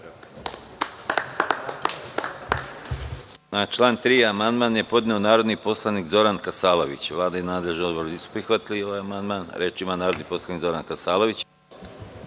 član 3. amandman je podneo narodni poslanik Zoran Kasalović. Vlada i nadležni odbor nisu prihvatili ovaj amandman. Reč ima narodni poslanik Zoran Kasalović.